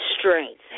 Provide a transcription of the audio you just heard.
strength